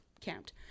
camped